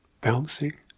bouncing